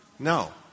No